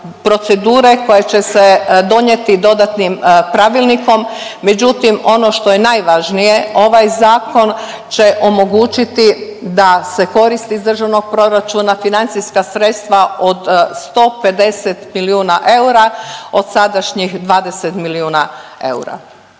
procedure koje će se donijeti dodatnim pravilnikom, međutim ono što je najvažnije će omogućiti da se koristi iz državnog proračuna financijska sredstva od 150 milijuna eura od sadašnjih 20 milijuna eura.